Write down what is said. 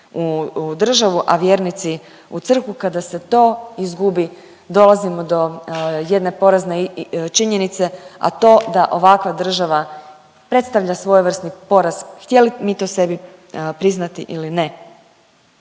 u državu, a vjernici u crkvu, kada se to izgubi dolazimo do jedne porazne činjenice, a to da ovakva država predstavlja svojevrsni poraz, htjeli mi to sebi priznati ili ne.